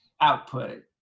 output